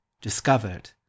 Discovered